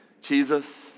Jesus